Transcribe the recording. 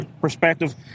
perspective